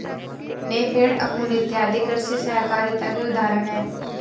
नेफेड, अमूल इत्यादि कृषि सहकारिता के उदाहरण हैं